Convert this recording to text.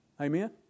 Amen